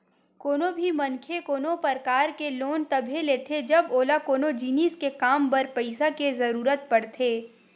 कोनो भी मनखे कोनो परकार के लोन तभे लेथे जब ओला कोनो जिनिस के काम बर पइसा के जरुरत पड़थे